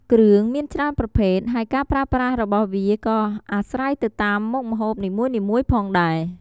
គ្រឿងមានច្រើនប្រភេទ ហើយការប្រើប្រាស់របស់វាក៏អាស្រ័យទៅតាមមុខម្ហូបនីមួយៗផងដែរ។